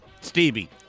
Stevie